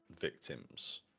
victims